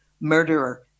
murderer